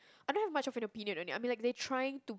I don't have much of an opinion I mean like they trying to